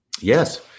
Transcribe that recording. Yes